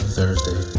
Thursday